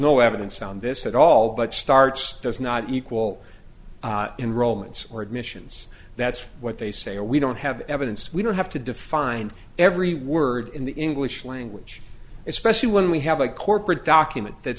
no evidence on this at all but starts does not equal in rowland's or admissions that's what they say or we don't have evidence we don't have to define every word in the english language especially when we have a corporate document that